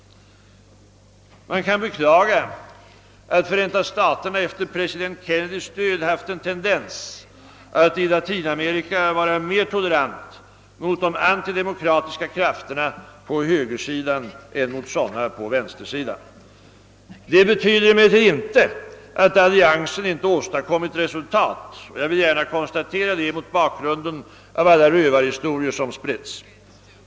Man kan beklaga att Förenta staterna efter president Kennedys död haft en tendens att i Latinamerika vara mer tolerant mot de antidemokratiska krafterna på högersidan än mot sådana på vänstersidan. Detta betyder emellertid inte att alliansen inte har åstadkommit resultat. Jag vill gärna konstatera det mot bakgrunden av alla rövarhistorier som spritts.